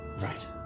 Right